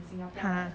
!huh!